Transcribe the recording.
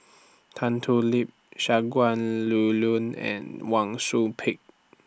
Tan Thoon Lip Shangguan Liulun and Wang Sui Pick